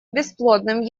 бесплодным